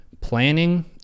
Planning